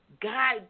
guide